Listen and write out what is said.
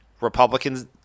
Republicans